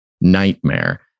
nightmare